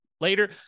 Later